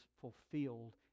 fulfilled